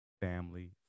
family